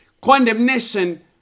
Condemnation